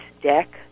deck